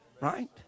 Right